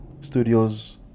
Studios